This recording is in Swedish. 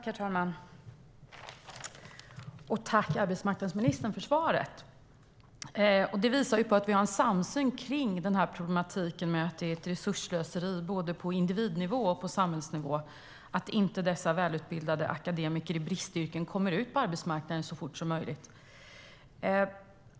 Herr talman! Jag tackar arbetsmarknadsministern för svaret. Det visar att vi har en samsyn om att det är ett resursslöseri på både individnivå och samhällsnivå att dessa välutbildade akademiker i bristyrken inte kommer ut på arbetsmarknaden så fort som möjligt.